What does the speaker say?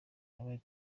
yabaye